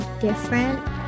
different